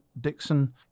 Dixon